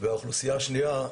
האוכלוסייה השנייה,